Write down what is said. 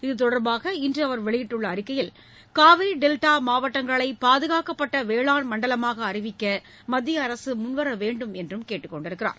இதுதொடர்பாக இன்று அவர் வெளியிட்டுள்ள அறிக்கையில் காவிரி டெல்டா மாவட்டங்களை பாதுகாக்கப்பட்ட வேளாண் மண்டலமாக அறிவிக்க மத்திய அரசு முன்வர வேண்டும் என்றும் கேட்டுக் கொண்டுள்ளார்